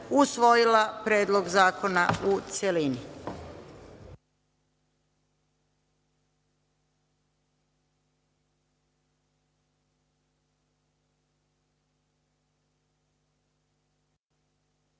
usvojila Predlog zakona u celini.